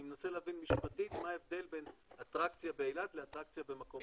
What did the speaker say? אני מנסה להבין משפטית מה ההבדל בין אטרקציה באילת לאטרקציה במקום אחר.